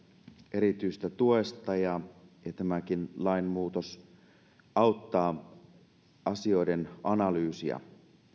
erityisestä tuesta ja tämäkin lainmuutos auttaa asioiden analyysia